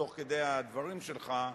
תוך כדי הדברים שלך,